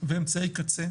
ואמצעי קצה.